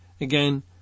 again